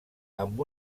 amb